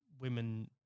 women